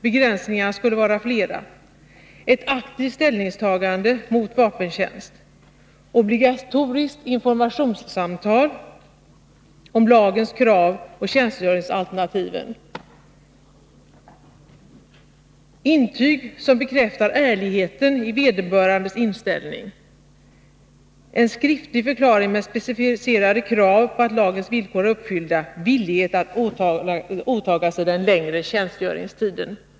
Begränsningarna skulle vara flera: ett aktivt ställningstagande mot vapentjänst, obligatoriskt informationssamtal om lagens krav och tjänstgöringsalternativen, intyg som bekräftar ärligheten i vederbörandes inställning, en skriftlig förklaring med preciserade krav på att lagens villkor är uppfyllda och villighet att åta sig den längre tjänstgöringstiden.